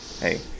Hey